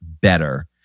better